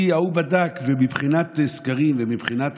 כי ההוא בדק ומבחינת סקרים ומבחינת